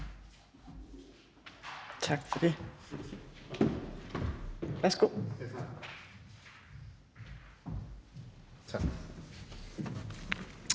Tak for det. Værsgo, hr.